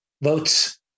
votes